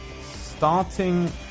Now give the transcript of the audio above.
starting